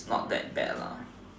it's not that bad lah